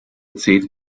zehn